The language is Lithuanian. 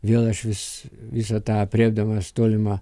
vėl aš vis visą tą aprėpdamas tolimą